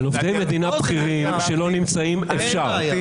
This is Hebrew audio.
על עובדי מדינה בכירים שלא נמצאים אפשר.